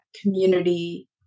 community